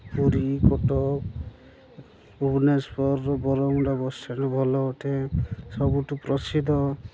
Puri Cuttack Bhubaneswar Baramunda bus stand ଭଲ ଅଟେ ସବୁଠୁ ପ୍ରସିଦ୍ଧ